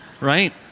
Right